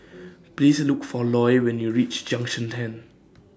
Please Look For Loy when YOU REACH Junction ten